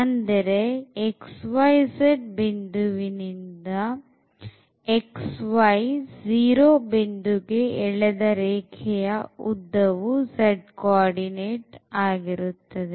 ಅಂದರೆ xyz ಬಿಂದುವಿನಿಂದ xy0 ಬಿಂದುಗೆ ಎಳೆದ ರೇಖೆಯ ಉದ್ದವು z ಕೋಆರ್ಡಿನೇಟ್ ಆಗಿರುತ್ತದೆ